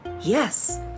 Yes